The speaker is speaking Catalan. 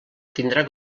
tindrà